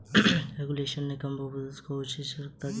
regulation से company उपभोक्ता को उचित सुरक्षा देती है